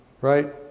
right